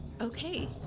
Okay